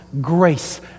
grace